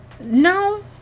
No